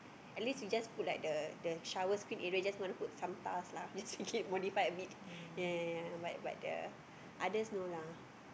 at least we just put like the the shower screen area so just want put some pass lah just make it modify a bit yea yea yea but but the others no lah